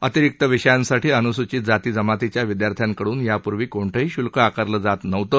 अतिरिक्त विषयांसाठी अन्सूचित जाती जमातींच्या विद्यार्थ्यांकडून कोणतंही शुल्क आकारलं जात नव्हतं